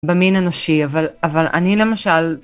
במין אנושי אבל אבל אני למשל.